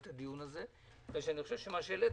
כי אני חושב שמה שהעלית,